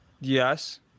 Yes